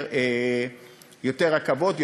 יותר רכבות,